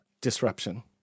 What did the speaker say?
disruption